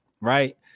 right